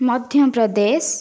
Madhya Pradesh